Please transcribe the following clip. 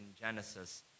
genesis